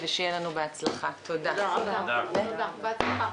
תודה רבה, הישיבה נעולה.